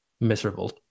miserable